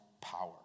power